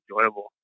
enjoyable